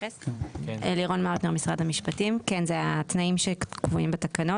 אלה התנאים שקבועים בתקנות.